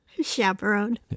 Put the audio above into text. Chaperone